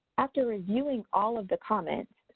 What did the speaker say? after reviewing all of the comments,